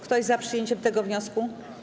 Kto jest za przyjęciem tego wniosku?